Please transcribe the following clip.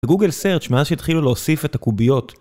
Google search מאז שהתחילו להוסיף את הקוביות